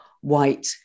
white